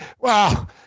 wow